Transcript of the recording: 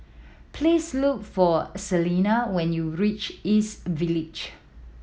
please look for Celena when you reach East Village